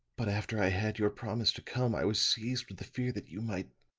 but after i had your promise to come, i was seized with the fear that you might